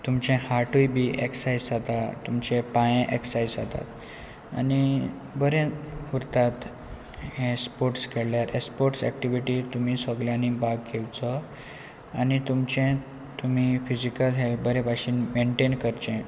तुमचे हार्टूय बी एक्सर्सायज जाता तुमचे पांये एक्सर्सायज जातात आनी बरें उरतात हे स्पोर्ट्स खेळ्ळ्यार स्पोर्ट्स एक्टिविटी तुमी सगळ्यांनी भाग घेवचो आनी तुमचे तुमी फिजिकल हे बरें भाशेन मेनटेन करचें